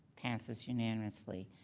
passes unanimously.